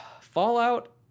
Fallout